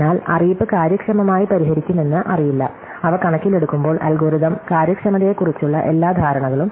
എന്നാൽ അറിയിപ്പ് കാര്യക്ഷമമായി പരിഹരിക്കുമെന്ന് അറിയില്ല അവ കണക്കിലെടുക്കുമ്പോൾ അൽഗോരിതം കാര്യക്ഷമതയെക്കുറിച്ചുള്ള എല്ലാ ധാരണകളും